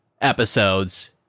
episodes